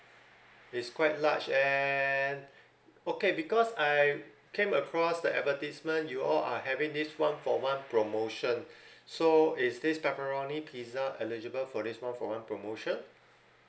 it's quite large and okay because I came across the advertisement you all are having this one for one promotion so is this pepperoni pizza eligible for this one for one promotion